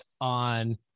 on